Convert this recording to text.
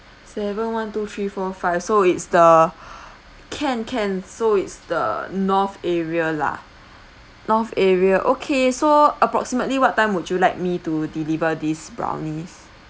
seven one two three four five so it's the can can so it's the north area lah north area okay so approximately what time would you like me to deliver these brownies